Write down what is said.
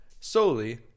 solely